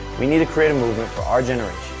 we need to create a movement for our generation.